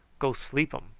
go sleep um.